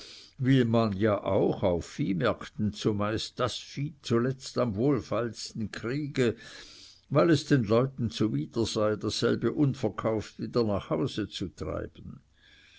wie man ja auch auf viehmärkten zumeist das vieh zuletzt am wohlfeilsten kriege weil es den leuten zuwider sei dasselbe unverkauft wieder nach hause zu treiben